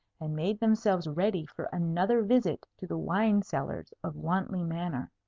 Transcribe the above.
and made themselves ready for another visit to the wine-cellars of wantley manor.